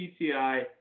PTI